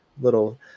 little